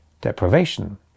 deprivation